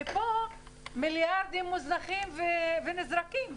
ופה מיליארדים מוזנחים ונזרקים.